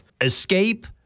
Escape